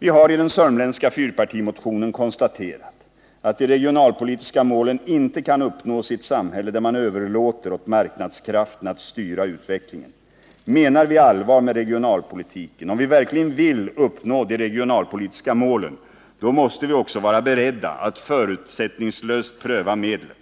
Vi har i den sörmländska fyrpartimotionen konstaterat att de regionalpolitiska målen inte kan uppnås i ett samhälle där man överlåter åt marknadskrafterna att styra utvecklingen. Menar vi allvar med regionalpolitiken, om vi verkligen vill uppnå de regionalpolitiska målen, då måste vi också vara beredda att förutsättningslöst pröva medlen.